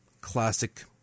classic